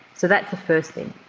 so that's the first thing.